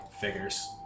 Figures